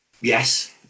Yes